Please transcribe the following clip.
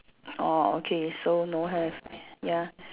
orh okay so no have ya